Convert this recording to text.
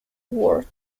ward